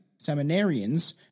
seminarians